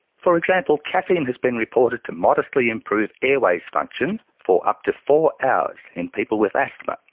for example, caffeine has been reported to modestly improve airways function for up to four hours in people with asthma,